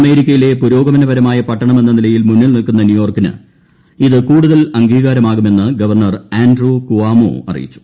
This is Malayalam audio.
അമേരിക്കയിലെ പുരോഗമനപരമായ പട്ടണം എന്ന നിലയിൽ മുന്നിൽ നിൽക്കുന്ന ന്യൂയോർക്കിന് ഇത് കൂടുതൽ അംഗീകാരമാകും എന്ന് ഗവർണർ ആൻഡ്രോ കുഓമോ അറിയിച്ചു